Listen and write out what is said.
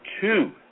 two